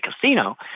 casino